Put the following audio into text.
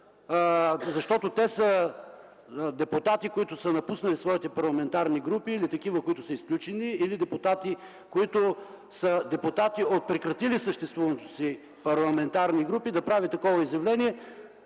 защото те са депутати, които са напуснали своите парламентарни групи, или такива, които са изключени, или депутати, които са депутати от прекратили съществуването си парламентарни групи, да прави такова изявление